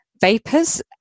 Vapors